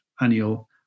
annual